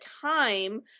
time